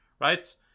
right